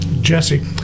Jesse